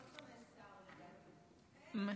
עוד פעם אין שר, לדעתי.